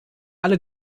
alle